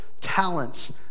talents